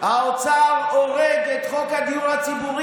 האוצר הורג את חוק הדיור הציבורי,